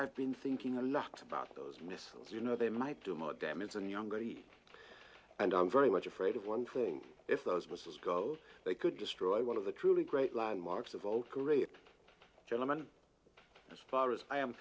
that's been thinking a lux about those missiles you know they might do more damage than younger he and i'm very much afraid of one thing if those missiles go they could destroy one of the truly great landmarks of both great gentleman as far as i am